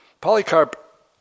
Polycarp